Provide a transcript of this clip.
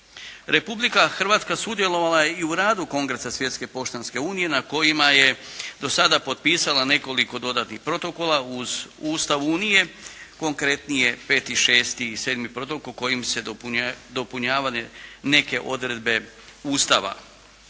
Republika Hrvatska sudjelovala je i u radu Kongresa Svjetske poštanske unije na kojima je do sada potpisala nekoliko dodatnih protokola uz Ustav Unije, konkretnije 5., 6. i 7. protokol kojim se dopunjavaju neke odredbe Ustava.